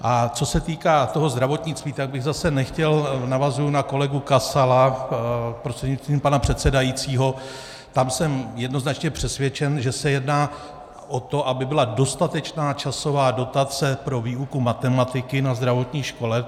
A co se týká toho zdravotnictví, navazuji na kolegu Kasala prostřednictvím pana předsedajícího, tam jsem jednoznačně přesvědčen, že se jedná o to, aby byla dostatečná časová dotace pro výuku matematiky na zdravotní škole.